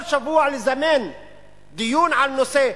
כל שבוע לזמן דיון על נושא,